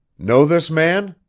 know this man?